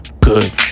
good